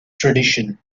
tradition